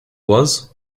was